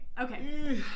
okay